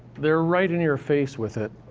they're right in your face with it.